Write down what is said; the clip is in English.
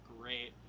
great